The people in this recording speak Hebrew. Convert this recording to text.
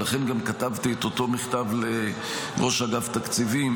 ולכן גם כתבתי את אותו מכתב לראש אגף התקציבים,